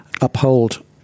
uphold